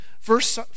Verse